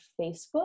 Facebook